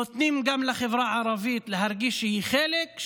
נותנים גם לחברה הערבית להרגיש שהיא חלק,